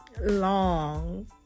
long